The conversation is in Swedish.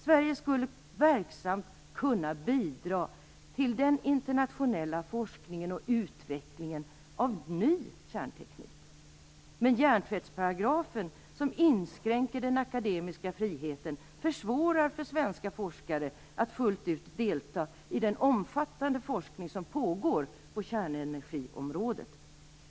Sverige skulle verksamt kunna bidra till den internationella forskningen och utvecklingen när det gäller ny kärnteknik. Men hjärntvättsparagrafen, som inskränker den akademiska friheten, försvårar för svenska forskare att fullt ut delta i den omfattande forskning som pågår på kärnenergiområdet.